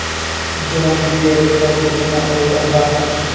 John Deere पर केतना offer बा?